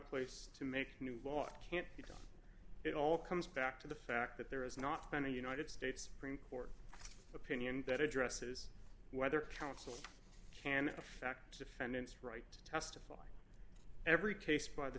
place to make new laws can't ignore it all comes back to the fact that there is not been a united states supreme court opinion that addresses whether counsel can affect defendant's right to testify every case by the